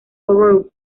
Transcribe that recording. horror